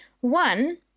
One